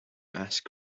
ask